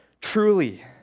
Truly